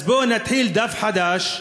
אז בוא נתחיל דף חדש,